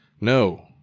No